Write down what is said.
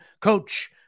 coach